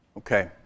Okay